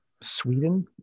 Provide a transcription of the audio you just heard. Sweden